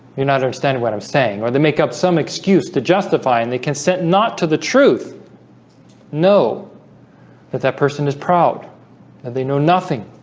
you're not understanding what i'm saying, or they make up some excuse to justify and they consent not to the truth know that that person is proud and they know nothing